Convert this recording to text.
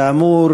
כאמור,